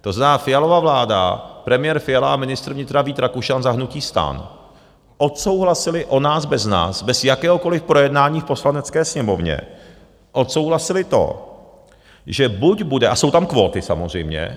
To znamená Fialova vláda, premiér Fiala a ministr vnitra Vít Rakušan za hnutí STAN odsouhlasili o nás bez nás bez jakéhokoliv projednání v Poslanecké sněmovně, odsouhlasili to, že buď bude... a jsou tam kvóty, samozřejmě.